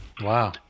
Wow